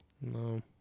No